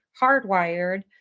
hardwired